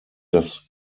das